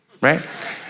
right